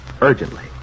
urgently